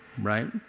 right